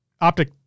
Optic